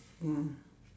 ya